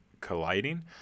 colliding